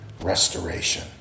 restoration